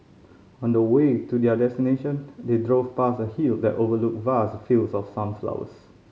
on the way to their destination they drove past a hill that overlooked vast fields of sunflowers